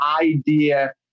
idea